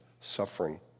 suffering